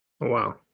wow